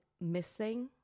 missing